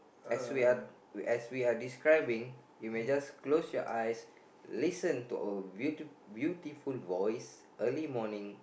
as we are as we are describing you may just close your eyes listen to our beauty beautiful voice early morning